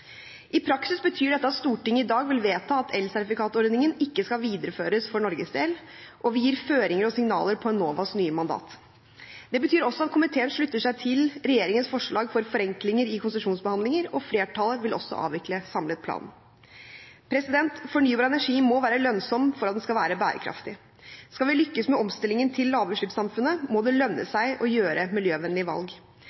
I praksis betyr dette at Stortinget i dag vil vedta at elsertifikatordningen ikke skal videreføres for Norges del, og vi gir føringer og signaler på Enovas nye mandat. Det betyr også at komiteen slutter seg til regjeringens forslag om forenklinger i konsesjonsbehandlinger, og flertallet vil også avvikle Samlet plan. Fornybar energi må være lønnsomt for at det skal være bærekraftig. Skal vi lykkes med omstillingen til lavutslippssamfunnet, må det lønne